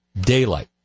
daylight